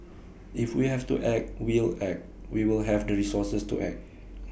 if we have to act we'll act we will have the resources to act